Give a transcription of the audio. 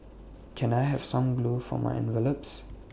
can I have some glue for my envelopes